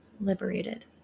liberated